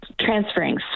transferring